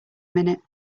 minute